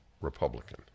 Republican